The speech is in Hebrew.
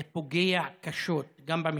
זה פוגע קשות גם במשפחה,